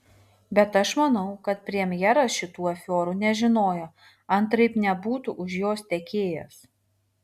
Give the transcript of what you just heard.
bet aš manau kad premjeras šitų afiorų nežinojo antraip nebūtų už jos tekėjęs